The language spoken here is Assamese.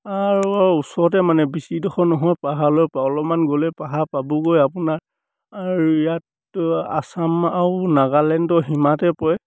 আৰু ওচৰতে মানে বেছিডোখৰ নহয় পাহাৰলৈপৰা অলপমান গ'লে পাহাৰ পাবগৈয়ে আৰু আপোনাৰ আৰু ইয়াত আচাম আৰু নাগালেণ্ডৰ সীমাতে পৰে